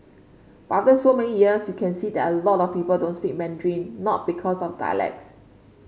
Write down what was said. but after so many years you can see that a lot of people don't speak Mandarin not because of dialects